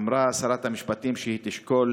אמרה שרת המשפטים שהיא תשקול